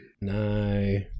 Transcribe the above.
No